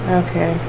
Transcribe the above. okay